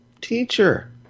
Teacher